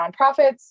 nonprofits